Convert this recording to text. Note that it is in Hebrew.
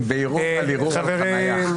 חברת